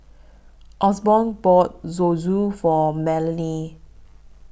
Osborne bought Zosui For Melanie